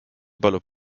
palub